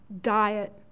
diet